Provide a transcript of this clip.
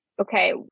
Okay